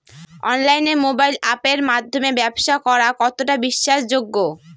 অনলাইনে মোবাইল আপের মাধ্যমে ব্যাবসা করা কতটা বিশ্বাসযোগ্য?